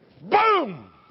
Boom